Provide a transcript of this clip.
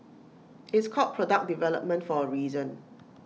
it's called product development for A reason